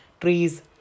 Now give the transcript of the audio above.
trees